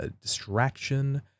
distraction